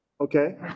Okay